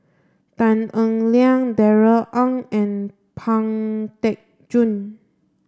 Tan Eng Liang Darrell Ang and Pang Teck Joon